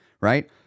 right